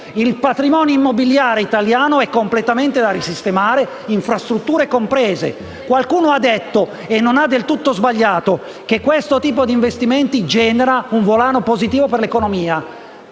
Il patrimonio immobiliare che avevamo è completamente da risistemare, infrastrutture comprese. Qualcuno ha detto, e non ha sbagliato del tutto, che questo tipo di investimenti genera un volano positivo per l'economia;